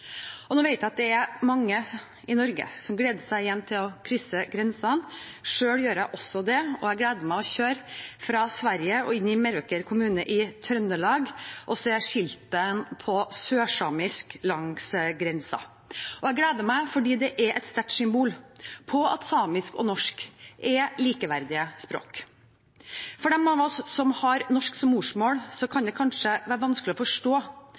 Jeg vet mange i Norge gleder seg til å igjen kunne krysse grensene, og selv gjør jeg også det. Jeg gleder meg til å kjøre fra Sverige og inn i Meråker kommune i Trøndelag og se skiltet på sørsamisk langs grensen, og jeg gleder meg fordi det er et sterkt symbol på at samisk og norsk er likeverdige språk. For dem av oss som har norsk som morsmål, kan det kanskje være vanskelig å forstå